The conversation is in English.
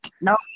No